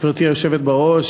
גברתי היושבת בראש,